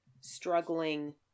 struggling